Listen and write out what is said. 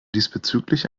diesbezüglich